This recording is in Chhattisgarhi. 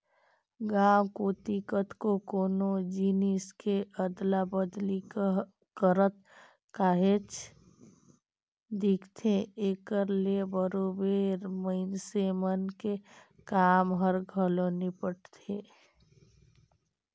गाँव कोती कतको कोनो जिनिस के अदला बदली करत काहेच दिखथे, एकर ले बरोबेर मइनसे मन के काम हर घलो निपटथे